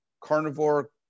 carnivore